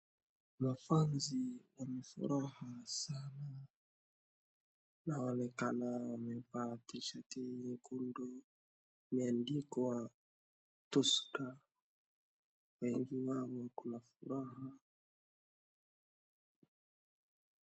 Mafans wanafuraha sana inaonekana wamevaa T-shirt nyekundu imeandikwa Tusker. Wengi wao wako na furaha.